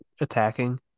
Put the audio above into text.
attacking